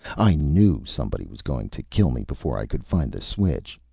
i knew somebody was going to kill me before i could find the switch.